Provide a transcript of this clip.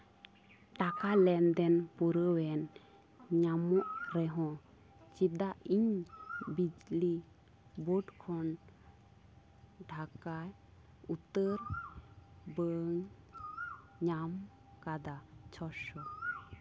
ᱴᱟᱠᱟ ᱞᱮᱱᱫᱮᱱ ᱯᱩᱨᱟᱹᱣᱮᱱ ᱧᱟᱢᱚᱜ ᱨᱮᱦᱚᱸ ᱪᱮᱫᱟᱜ ᱤᱧ ᱵᱤᱡᱽᱞᱤ ᱵᱩᱴ ᱠᱷᱚᱱ ᱰᱷᱟᱠᱟ ᱩᱛᱟᱹᱨ ᱵᱟᱹᱧ ᱧᱟᱢ ᱟᱠᱟᱫᱟ ᱪᱷᱚ ᱥᱚ